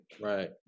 Right